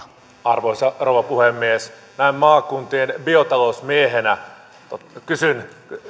arvoisa rouva puhemies näin maakuntien biotalousmiehenä kysyn